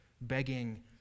begging